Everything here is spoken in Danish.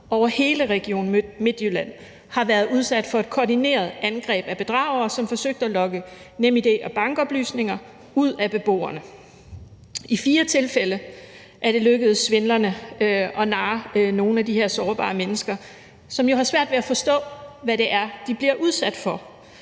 over hele Region Midtjylland har været udsat for et koordineret angreb af bedragere, som forsøgte at lokke NemID- og bankoplysninger ud af beboerne. I fire tilfælde er det lykkedes svindlerne at narre nogle af de her sårbare mennesker, som jo har svært ved at forstå, hvad det er, de bliver udsat for.